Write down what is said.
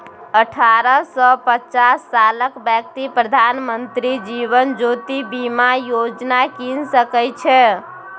अठारह सँ पचास सालक बेकती प्रधानमंत्री जीबन ज्योती बीमा योजना कीन सकै छै